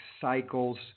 cycles